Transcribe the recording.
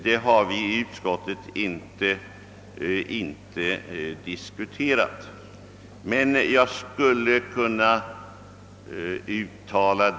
Den saken har vi inte diskuterat i utskottet.